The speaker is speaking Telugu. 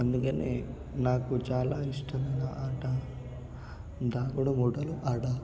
అందుకని నాకు చాలా ఇష్టమైన ఆట దాగుడుమూతల ఆట